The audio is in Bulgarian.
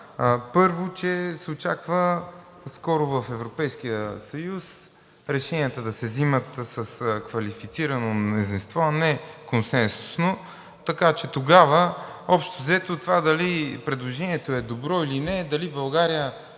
първо, че се очаква скоро в Европейския съюз решенията да се взимат с квалифицирано мнозинство, а не консенсусно. Така че тогава общо взето това дали предложението е добро, или не е, дали България